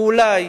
ואולי,